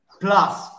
plus